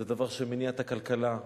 זה דבר שמניע את הכלכלה,